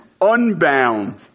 unbound